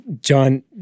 John